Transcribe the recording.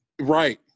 Right